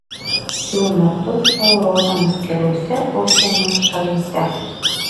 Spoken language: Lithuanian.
šiuo metu šou rodomas keliose užsienio šalyse